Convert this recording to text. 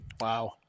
Wow